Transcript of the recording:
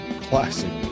Classic